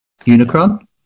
Unicron